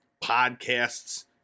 podcasts